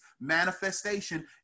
manifestation